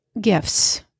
gifts